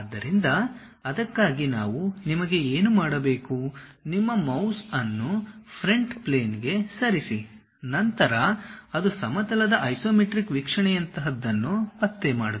ಆದ್ದರಿಂದ ಅದಕ್ಕಾಗಿ ನಾವು ನಿಮಗೆ ಏನು ಮಾಡಬೇಕು ನಿಮ್ಮ ಮೌಸ್ ಅನ್ನು ಫ್ರಂಟ್ ಪ್ಲೇನ್ಗೆ ಸರಿಸಿ ನಂತರ ಅದು ಸಮತಲದ ಐಸೊಮೆಟ್ರಿಕ್ ವೀಕ್ಷಣೆಯಂತಹದನ್ನು ಪತ್ತೆ ಮಾಡುತ್ತದೆ